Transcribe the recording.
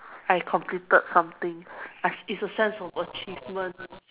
I completed something it's a sense of achievement